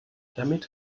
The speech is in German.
damit